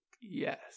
Yes